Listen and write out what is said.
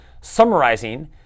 Summarizing